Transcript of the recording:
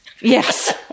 Yes